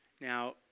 Now